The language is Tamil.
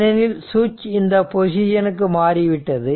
ஏனெனில் சுவிட்ச் இந்த பொசிஷனுக்கு மாறிவிட்டது